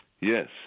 Yes